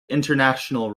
international